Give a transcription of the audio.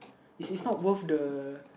this is not worth the